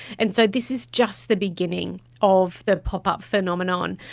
and so this is just the beginning of the pop-up phenomenon.